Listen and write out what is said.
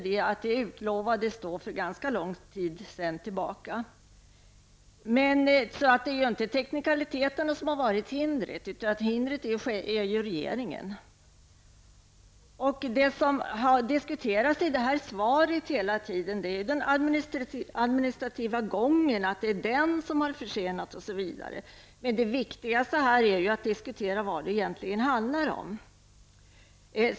Det utlovades för ganska lång tid sedan. Det är inte teknikaliteter som har varit hindret, utan regeringen. Det som hela tiden har diskuterats i svaret är ju den administrativa gången och att det är den som har försenat det hela osv. Men det viktigaste här är att diskutera vad det egentligen handlar om.